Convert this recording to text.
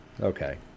Okay